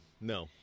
No